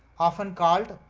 often called.